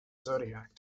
zodiac